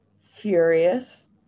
furious